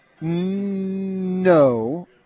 No